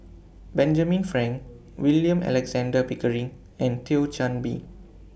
Benjamin Frank William Alexander Pickering and Thio Chan Bee